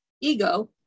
ego